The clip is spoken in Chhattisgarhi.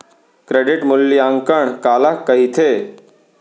क्रेडिट मूल्यांकन काला कहिथे?